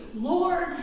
Lord